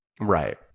Right